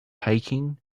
hiking